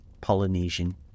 Polynesian